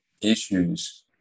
issues